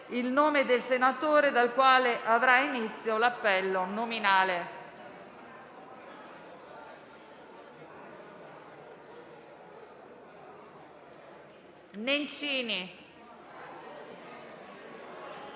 il nome del senatore dal quale avrà inizio l'appello nominale.